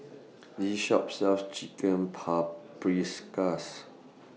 This Shop sells Chicken Paprikas